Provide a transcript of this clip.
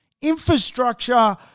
Infrastructure